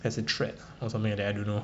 as a threat or something like that I don't know